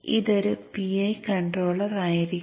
ഇതൊരു PI controller ആയിരിക്കും